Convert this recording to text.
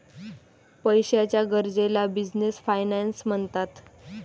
पैशाच्या गरजेला business finance म्हणतात